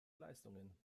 leistungen